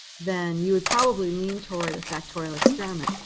then you would probably lean toward a factorial experiment.